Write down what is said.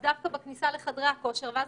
מציבים את זה דווקא בכניסה לחדר הכושר ואז